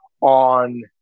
on